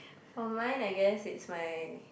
for mine I guess it's my